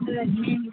Redmi అండి